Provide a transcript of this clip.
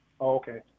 Okay